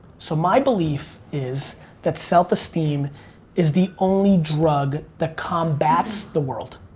so my belief is that self-esteem is the only drug that combats the world.